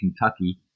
Kentucky